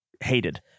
hated